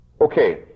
Okay